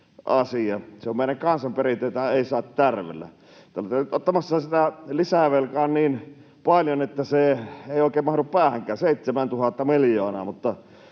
Se on meidän kansanperintömme, jota ei saa tärvellä. Te olette nyt ottamassa sitä lisävelkaa niin paljon, että se ei oikein mahdu päähänkään — 7 000 miljoonaa — mutta